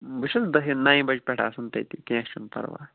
بہٕ چھُس دَہہِ نَیہِ بَجہِ پٮ۪ٹھ آسان تٔتی کیٚنٛہہ چھُنہٕ پرواے